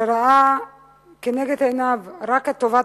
שראה לנגד עיניו רק את טובת